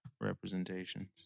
representations